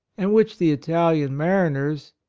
and which the italian mariners,